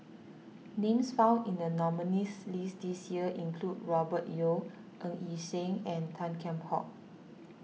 names found in the nominees' list this year include Robert Yeo Ng Yi Sheng and Tan Kheam Hock